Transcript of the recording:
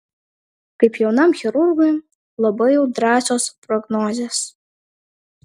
kaip jaunam chirurgui labai jau drąsios prognozės